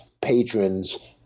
patrons